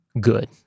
good